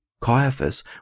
Caiaphas